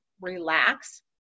relax